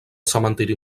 cementiri